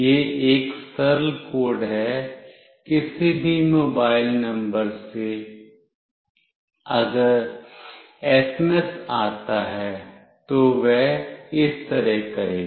यह एक सरल कोड है किसी भी मोबाइल नंबर से अगर एसएमएस आता है तो वह इस तरह करेगा